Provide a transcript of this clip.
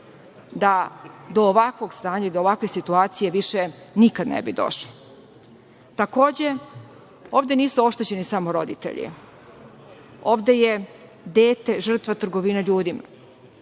da do ovakvog stanja i ovakve situacije više nikada ne bi došlo. Takođe, ovde nisu oštećeni samo roditelji. Ovde je dete žrtva trgovine ljudima.